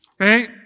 Okay